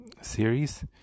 series